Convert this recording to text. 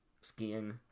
skiing